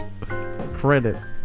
credit